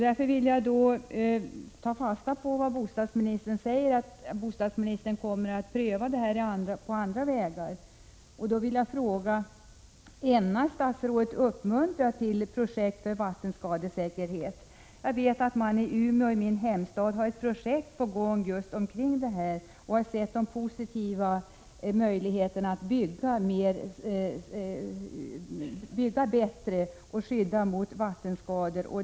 Jag vill därför ta fasta på vad bostadsministern säger om att han kommer att pröva detta på andra vägar. Min fråga är då: Ämnar statsrådet uppmuntra till projekt för vattenskadesäkerhet? I min hemstad Umeå har man ett projekt på gång på detta område och funnit att det finns möjligheter att bygga bättre och skydda mot vattenskador.